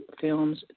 films